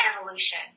evolution